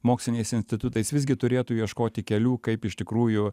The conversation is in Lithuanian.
moksliniais institutais visgi turėtų ieškoti kelių kaip iš tikrųjų